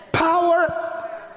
power